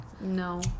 No